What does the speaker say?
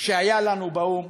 שהיה לנו באו"ם,